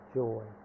joy